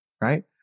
right